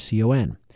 CON